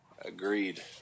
agreed